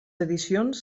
edicions